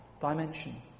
dimension